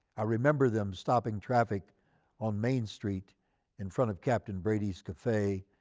i remember them stopping traffic on main street in front of captain brady's cafe,